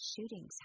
shootings